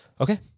okay